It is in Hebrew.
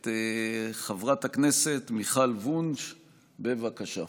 את חברת הכנסת מיכל וונש, בבקשה.